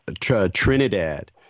Trinidad